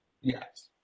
Yes